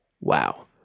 Wow